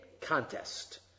contest